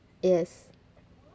yes